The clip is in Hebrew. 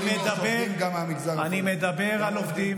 אני מדבר על עובדים